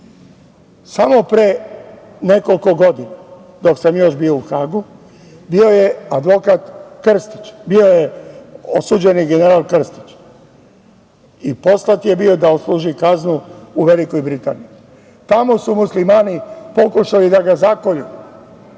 Samo pre nekoliko godina, dok sam još bio u Hagu, bio je advokata Krstić, bio je osuđen general Krstić i poslat je bio da odsluži kaznu u Velikoj Britaniji. Tamo su muslimani pokušali da ga zakolju,